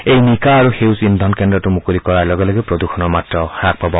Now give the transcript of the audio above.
এই নিকা আৰু সেউজ ইন্ধন কেন্দ্ৰটো মুকলি কৰাৰ লগে লগে প্ৰদূষণৰ মাত্ৰাও হ্ৰাস পাব